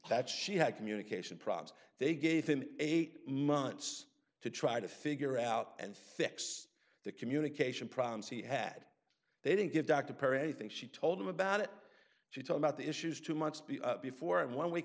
that she had communication problems they gave him eight months to try to figure out and fix the communication problems he had they didn't give dr perry think she told them about it she told about the issues two months before and one week